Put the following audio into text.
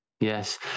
Yes